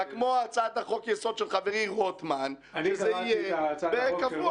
כמו הצעת חוק יסוד של חברי רוטמן שזה יהיה קבוע,